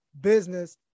business